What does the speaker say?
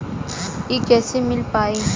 इ कईसे मिल पाई?